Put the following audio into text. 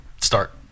start